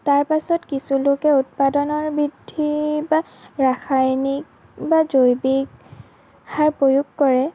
তাৰ পাছত কিছুলোকে উৎপাদানৰ বৃ্দ্ধি বা ৰাসায়নিক বা জৈৱিক সাৰ প্ৰয়োগ কৰে